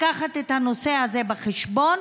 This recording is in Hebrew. לקחת את הנושא הזה בחשבון,